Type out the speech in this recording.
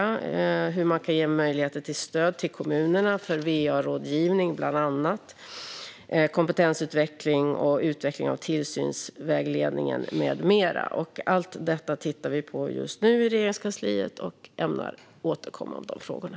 Det handlar om hur man kan ge möjligheter till stöd till kommunerna för bland annat va-rådgivning, kompetensutveckling, utveckling av tillsynsvägledningen med mera. Allt detta tittar vi på just nu i Regeringskansliet, och vi ämnar återkomma i de frågorna.